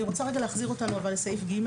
אני רוצה להחזיר אותנו לסעיף (ג),